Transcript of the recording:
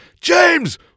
James